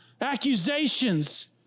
accusations